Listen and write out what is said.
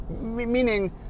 Meaning